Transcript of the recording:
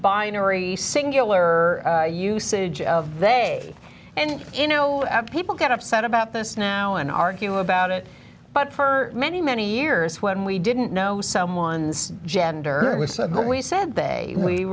binary singular you usage of they and you know people get upset about this now and argue about it but for many many years when we didn't know someone's gender when we said they we